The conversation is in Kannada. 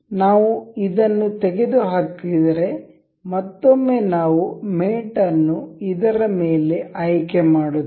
ನಾವು ಇದನ್ನು ತೆಗೆದುಹಾಕಿದರೆ ಮತ್ತೊಮ್ಮೆ ನಾವು ಮೇಟ್ ಅನ್ನು ಇದರ ಮೇಲೆ ಆಯ್ಕೆ ಮಾಡುತ್ತೇವೆ